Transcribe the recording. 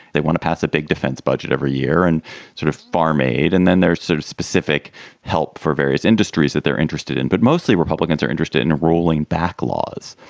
they want to pass a big defense budget every year and sort of farm aid and then there sort of specific help for various industries that they're interested in. but mostly republicans are interested in rolling back laws.